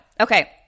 Okay